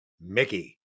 Mickey